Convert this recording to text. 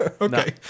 Okay